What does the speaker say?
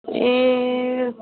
ए